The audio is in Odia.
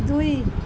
ଦୁଇ